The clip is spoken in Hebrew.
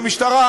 והמשטרה,